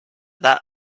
that